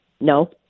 No